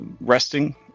Resting